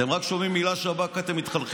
אתם רק שומעים את המילה שב"כ, אתם מתחלחלים.